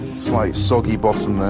slight soggy bottom